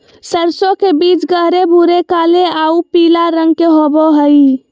सरसों के बीज गहरे भूरे काले आऊ पीला रंग के होबो हइ